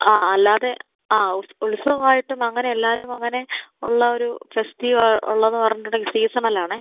ആ അല്ലാതെ ആ ഉത്സവമായിട്ടും അങ്ങനെ എല്ലാവരും അങ്ങനെ ഉള്ള ഒരു ഫെസ്റ്റിവൽ ഉള്ളതെന്ന് പറഞ്ഞിട്ട് ഉണ്ടെങ്കിൽ സീസണലാണ്